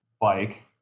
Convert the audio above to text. bike